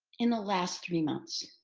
in the last three months.